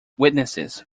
witnesses